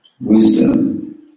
wisdom